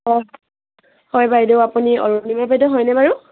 অ হয় বাইদেউ আপুনি অৰুণিমা বাইদেউ হয়নে বাৰু